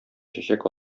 чәчәк